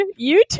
YouTube